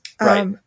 right